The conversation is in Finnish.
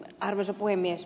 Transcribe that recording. arvoisa puhemies